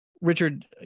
Richard